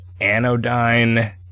anodyne